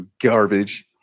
garbage